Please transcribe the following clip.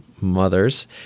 mothers